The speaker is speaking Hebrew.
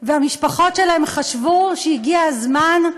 והמשפחות שלהם חשבו שהגיע הזמן,